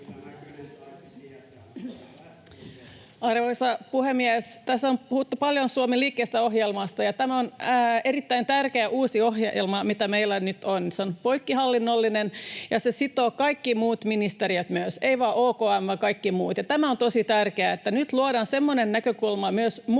Arvoisa puhemies! Tässä on puhuttu paljon Suomi liikkeelle ‑ohjelmasta, ja tämä on erittäin tärkeä uusi ohjelma, mikä meillä nyt on. Se on poikkihallinnollinen, ja se sitoo myös kaikkia muita ministeriöitä, ei vain OKM:ää vaan myös kaikkia muita. Ja tämä on tosi tärkeää, että nyt luodaan semmoinen näkökulma myös muissa